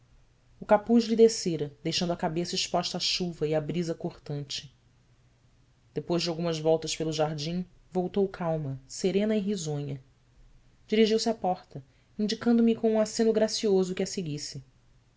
o capuz lhe descera deixando a cabeça exposta à chuva e à brisa cortante depois de algumas voltas pelo jardim voltou calma serena e risonha dirigiu-se à porta indicando me com um aceno gracioso que a seguisse